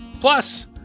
Plus